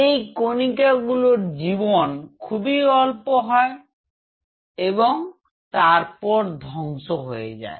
এই কণিকাগুলোর জীবন খুবই অল্প হয় এবং তারপর ধ্বংস হয়ে যায়